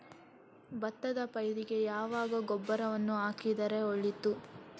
ಭತ್ತದ ಪೈರಿಗೆ ಯಾವಾಗ ಗೊಬ್ಬರವನ್ನು ಹಾಕಿದರೆ ಒಳಿತು?